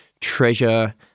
treasure